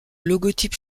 logotype